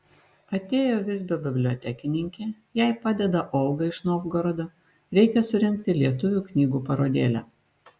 atėjo visbio bibliotekininkė jai padeda olga iš novgorodo reikia surengti lietuvių knygų parodėlę